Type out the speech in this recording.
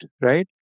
right